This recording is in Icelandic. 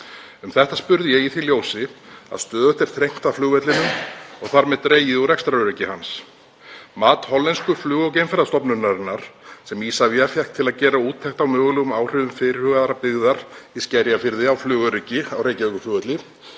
Um þetta spurði ég í því ljósi að stöðugt er þrengt að flugvellinum og þar með dregið úr rekstraröryggi hans. Mat Hollensku flug- og geimferðastofnunarinnar, sem Isavia fékk til að gera úttekt á mögulegum áhrifum fyrirhugaðrar byggðar í Skerjafirði á flugöryggi á Reykjavíkurflugvelli,